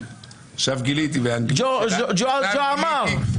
ג'ו עמר?